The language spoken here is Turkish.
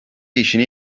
işini